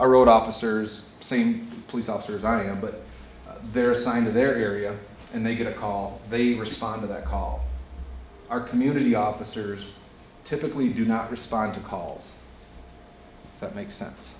wrote officers same police officers i know but they're assigned to their area and they get a call they respond to that call our community officers typically do not respond to calls that make sense